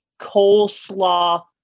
coleslaw